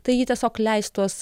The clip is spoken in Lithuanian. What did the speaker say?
tai ji tiesiog leis tuos